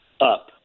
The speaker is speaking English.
up